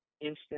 instant